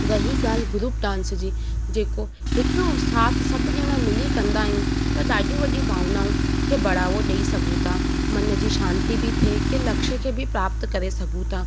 रही ॻाल्हि group dance जी जेको हिक जो साथ सभु ॼणा मिली कंदा आहियूं त ॾाढियूं वॾियूं भावनाऊं खे बढ़ावो ॾेई सघूं था मन जी शांती बि थिए कंहिं लक्ष खे बि प्राप्त करे सघूं था